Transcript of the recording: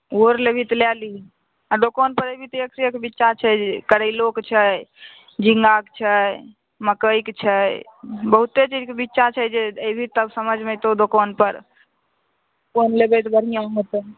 आओर लेबही तऽ लै लीही आ दोकानपर अयबही तऽ एक से एक बीच्चा छै करैलोके छै झींगाके छै मकइके छै बहुते चीजके बीच्चा छै जे अयबही तब समझमे अयतौ दोकानपर कोन लेबय तऽ बढ़िआँ होतै